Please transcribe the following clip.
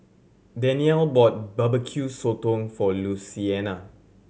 Danyell bought Barbecue Sotong for Luciana